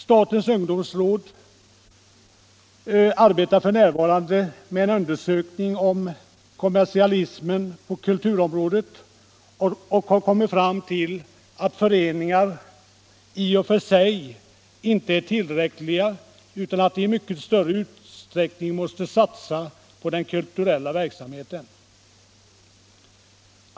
Statens ungdomsråd arbetar f. n. med en undersökning om kommersialismen på kulturområdet och har kommit fram till att föreningar i och för sig inte är tillräckliga utan att de i mycket större utsträckning än nu måste satsa på kulturell verksamhet.